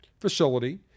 facility